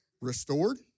restored